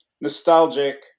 nostalgic